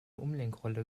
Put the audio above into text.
umlenkrolle